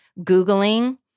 googling